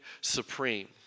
supreme